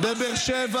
מה שקר?